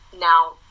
Now